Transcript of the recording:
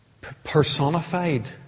personified